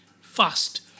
fast